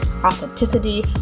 Authenticity